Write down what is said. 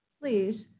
please